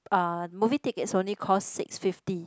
uh movie tickets only cost six fifty